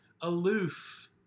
aloof